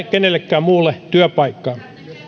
kenellekään muulle työpaikkaa